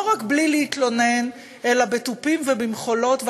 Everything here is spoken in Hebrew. לא רק בלי להתלונן אלא בתופים ובמחולות.